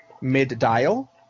mid-dial